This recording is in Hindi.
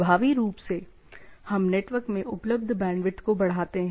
प्रभावी रूप से हम नेटवर्क में उपलब्ध बैंडविड्थ को बढ़ाते हैं